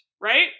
right